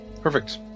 perfect